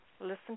Listen